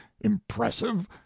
impressive